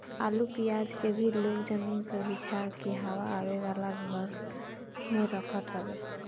आलू पियाज के भी लोग जमीनी पे बिछा के हवा आवे वाला घर में रखत हवे